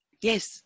Yes